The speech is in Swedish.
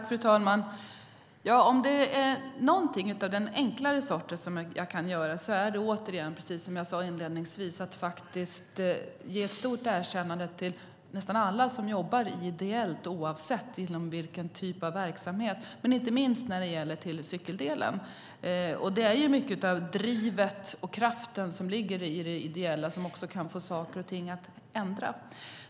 Fru talman! Ja, om det är någonting av den enklare sorten som jag kan göra är det återigen, precis som jag sade inledningsvis, att faktiskt ge ett stort erkännande till nästan alla som jobbar ideellt, oavsett vilken typ av verksamhet det är men inte minst när det gäller cykeldelen. Och det är ju mycket av drivet och kraften som ligger i det ideella som också kan få saker och ting att ändras.